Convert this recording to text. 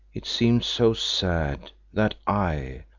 it seemed so sad that i,